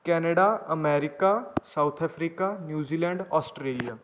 Canada America South Africa New Zealand Australia